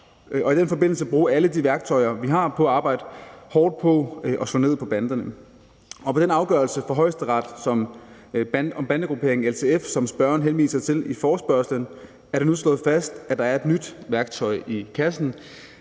i den forbindelse bruge alle de værktøjer, vi har, til at arbejde hårdt på at slå ned på banderne. Med den afgørelse fra Højesteret om bandegrupperingen LTF, som spørgeren henviser til i forespørgslen, er det nu slået fast, at der er et nyt værktøj i kassen,